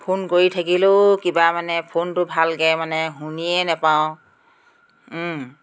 phone কৰি থাকিলেও কিবা মানে ফোনটো ভালকৈ মানে শুনিয়ে নেপাওঁ